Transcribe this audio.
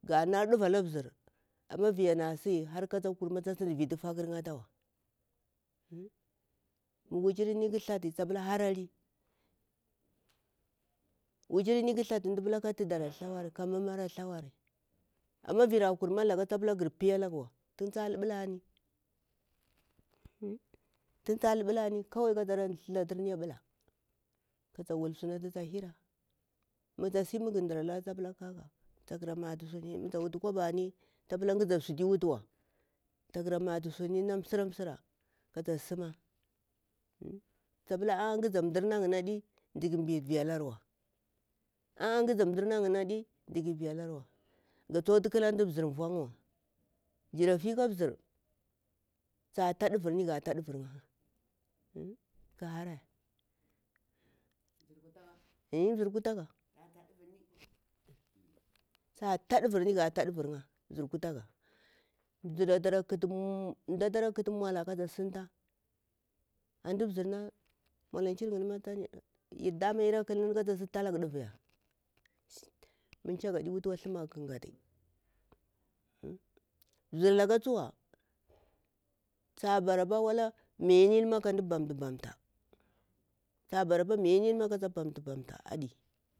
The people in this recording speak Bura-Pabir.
Ganah divah akah, bzir ammah viya a sihi har katah kurmah tah siɗi vitu fakur kha tahwa, nmu wujirini kah thlati tapulah habalali, wujirini kuh thlati ndi pulah kah thidah kah mumah rah thlawari, ammah viri a kurama tah pulah girpiyah alaguwa tun tah lupublah ni kahwai kathara thuthdeh aɓulah kahta wulsuhata hira, muksi mgunɗiralari tahpulah kakah mutak wutu kwabani tablah gadah sutiwututwa tarah mathu suni na nisira nsira kata sima tablah ngada ndirna adi nziki vilahri wa gathuktu kalanetu bzir vukhan wa jirati kah bzir tah taɗuvurni ga ta duuur kha bzir kutah ga ta ɗuvurni ga tac ɗuuur kha bzir kutagah mdah ata kutu mmulah katah sintah, antu bzirna nmulankir kwarima, ɗamah ira kalni kasi talahga ɗuuuya nmu chagah di wutuwa thlamga kha gatah bzirlakah thsuwa tabarah walahpa miyani kaɗi bamthu bamtha tsabarah pah mayamina kadu bamtha bamtha aɗi.